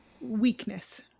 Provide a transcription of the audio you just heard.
weakness